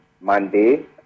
Monday